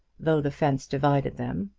though the fence divided them.